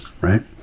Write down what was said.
right